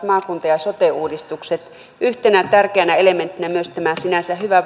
maakunta ja sote uudistukset yhtenä tärkeänä elementtinä myös tämä sinänsä hyvä